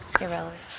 Irrelevant